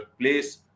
place